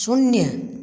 शून्य